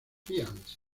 giants